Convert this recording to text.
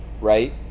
right